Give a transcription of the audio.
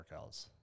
workouts